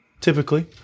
Typically